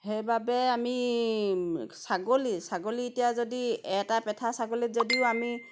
সেইবাবে আমি ছাগলী ছাগলী এতিয়া যদি এটা পথা ছাগলীত যদিও আমি